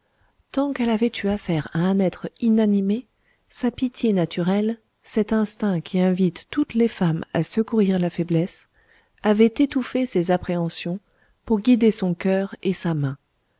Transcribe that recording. tant qu'elle avait eu affaire à un être inanimé sa pitié naturelle cet instinct qui invite toutes les femmes à secourir la faiblesse avait étouffé ses appréhensions pour guider son coeur et sa main